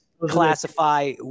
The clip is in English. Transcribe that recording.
classify